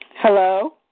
Hello